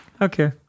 okay